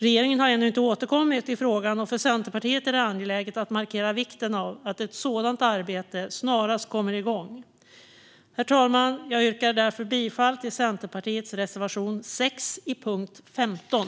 Regeringen har ännu inte återkommit i frågan, och för Centerpartiet är det angeläget att markera vikten av att ett sådant arbete snarast kommer igång. Herr talman! Jag yrkar därför bifall till Centerpartiets reservation 6 under punkt 15.